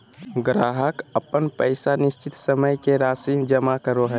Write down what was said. ग्राहक अपन पैसा निश्चित समय के राशि जमा करो हइ